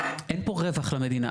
אין פה רווח למדינה.